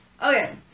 Okay